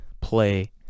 play